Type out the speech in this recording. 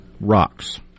rocks